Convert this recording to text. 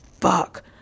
Fuck